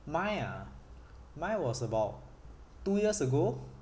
mine ah mine was about two years ago